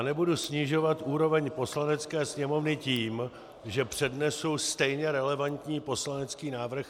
Nebudu snižovat úroveň Poslanecké sněmovny tím, že přednesu stejně relevantní poslanecký návrh.